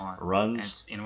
runs